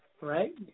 right